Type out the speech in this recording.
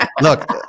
Look